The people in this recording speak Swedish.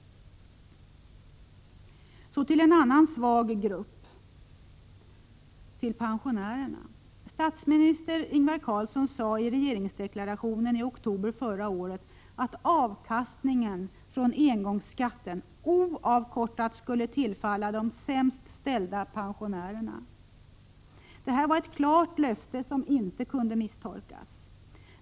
Så till en annan svag grupp: pensionärerna. Statsminister Ingvar Carlsson sade i regeringsdeklarationen i oktober förra året att avkastningen från engångsskatten oavkortad skulle tillfalla de sämst ställda pensionärerna. Detta var ett klart löfte som inte kunde misstolkas.